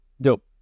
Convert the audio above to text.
Dope